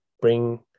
bring